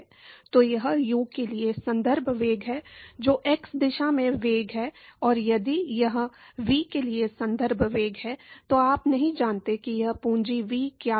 तो यह यू के लिए संदर्भ वेग है जो एक्स दिशा में वेग है और यदि यह वी के लिए संदर्भ वेग है तो आप नहीं जानते कि यह पूंजी वी क्या है